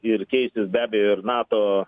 ir keisis be abejo ir nato